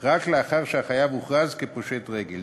רק לאחר שהחייב הוכרז כפושט רגל.